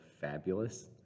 fabulous